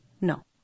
No